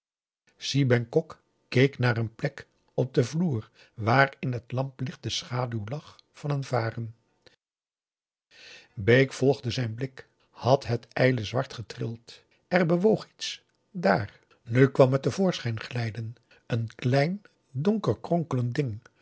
lokte si bengkok keek naar een plek augusta de wit orpheus in de dessa op den vloer waar in het lamplicht de schaduw lag van een varen bake volgde zijn blik had het ijle zwart getrild er bewoog iets daar nu kwam het te voorschijn glijden een klein donker kronkelend ding